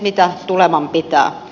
mitä tuleman pitää